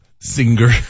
Singer